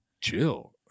chill